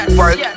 work